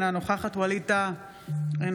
אינה נוכחת ווליד טאהא,